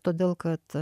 todėl kad